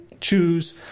choose